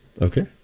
Okay